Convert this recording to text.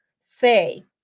say